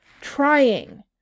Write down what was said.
trying